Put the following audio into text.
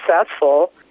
successful